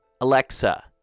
Alexa